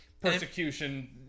persecution